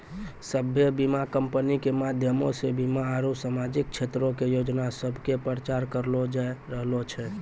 सभ्भे बीमा कंपनी के माध्यमो से बीमा आरु समाजिक क्षेत्रो के योजना सभ के प्रचार करलो जाय रहलो छै